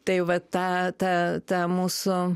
tai va ta ta ta mūsų